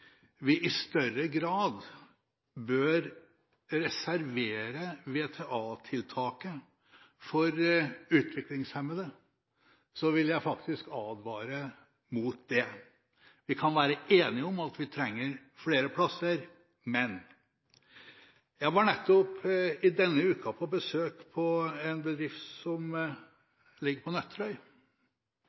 vi i større grad bør reservere VTA-tiltaket for utviklingshemmede, vil jeg faktisk advare mot det. Vi kan være enige om at vi trenger flere plasser, men jeg var nettopp i denne uka på besøk hos en bedrift som ligger på